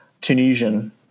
Tunisian